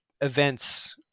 Events